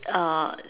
err